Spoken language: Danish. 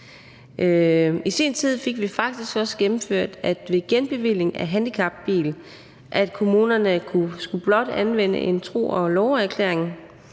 I sin tid fik vi faktisk også gennemført, at ved genbevilling af handicapbil skulle kommunerne blot anvende en tro og love-erklæring